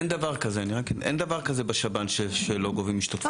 אין דבר כזה בשב"ן שלא גובים השתתפות עצמית.